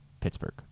Pittsburgh